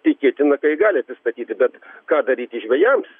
tikėtina ka ji gali pristatyti bet ką daryti žvejams